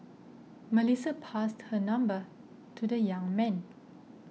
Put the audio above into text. Melissa passed her number to the young man